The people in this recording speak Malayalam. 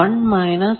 1 മൈനസ്